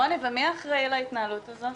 מי אחראי על ההתנהלות הזאת?